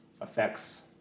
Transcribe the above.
affects